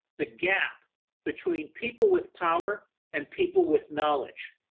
the gap between people with power and people with knowledge,